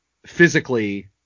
physically